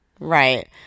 Right